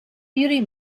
beauty